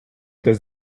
does